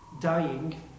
dying